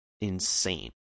insane